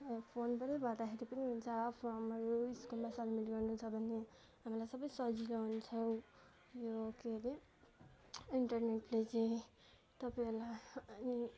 फोनबाटै भर्दाखेरि पनि हुन्छ फर्महरू स्कुलमा सबमिट गर्नु छ भने हामीलाई सबै सजिलो हुन्छ यो के अरे इन्टरनेटले चाहिँ तपाईँहरूलाई